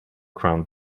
ground